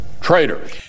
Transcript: traitors